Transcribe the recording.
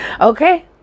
Okay